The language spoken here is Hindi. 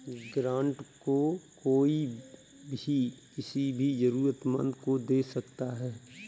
ग्रांट को कोई भी किसी भी जरूरतमन्द को दे सकता है